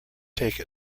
take